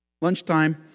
lunchtime